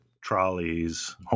trolleys